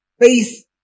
Faith